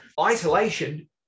isolation